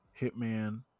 Hitman